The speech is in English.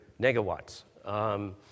megawatts